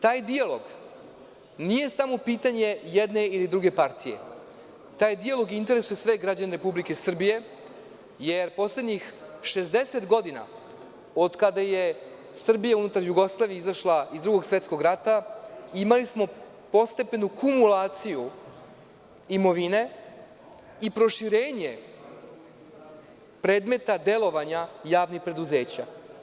Taj dijalog nije samo pitanje jedne ili druge partije, taj dijalog interesuje sve građane Republike Srbije, jer poslednjih 60 godina od kada je Srbija unutar Jugoslavije izašla iz Drugog svetskog rata imali smo postepenu kumulaciju imovine i proširenje predmeta delovanja javnih preduzeća.